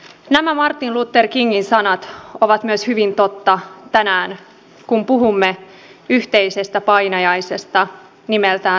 nämä martin luther kingin sanat ovat hyvin totta myös tänään kun puhumme yhteisestä painajaisesta nimeltään rasismi